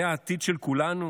זה העתיד של כולנו?